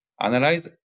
analyze